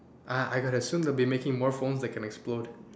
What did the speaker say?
ah I got it soon they'll be making more phones that can explode